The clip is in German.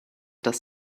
dass